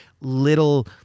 little